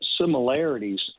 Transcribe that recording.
similarities